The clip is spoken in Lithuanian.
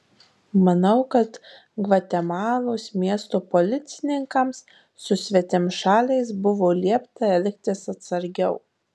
manau kad gvatemalos miesto policininkams su svetimšaliais buvo liepta elgtis atsargiau